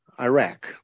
Iraq